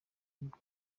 bwo